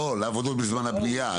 לא, לעבודות בזמן הבנייה.